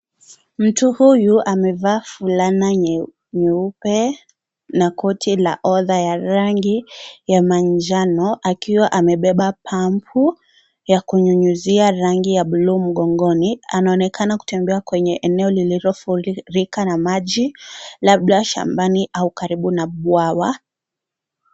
Mtu huyu amevaa fulana nyeupe na koti la odha la rangi ya manjano akiwa amebeba pampu ya kunyunyuzia rangi ya bluu mgongoni. Anaonekana kutembea kwenye eneo lililofurika na maji, labda shambani au karibu na bwawa.